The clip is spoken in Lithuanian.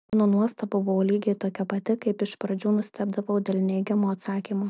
mano nuostaba buvo lygiai tokia pati kaip iš pradžių nustebdavau dėl neigiamo atsakymo